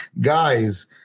Guys